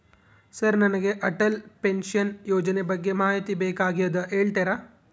Sir ನನಗೆ Atal pension ಯೋಜನೆ ಬಗ್ಗೆ ಮಾಹಿತಿ ಬೇಕಾಗ್ಯದ ಹೇಳ್ತೇರಾ?